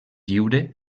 lliure